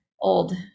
old